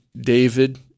David